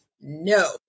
No